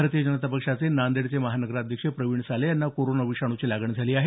भारतीय जनता पक्षाचे नांदेडचे महानगराध्यक्ष प्रविण साले यांना कोरोना विषाणूची लागण झाली आहे